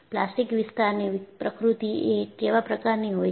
plastic વિસ્તારની પ્રકૃતિ એ કેવા પ્રકારની હોય છે